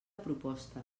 proposta